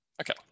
okay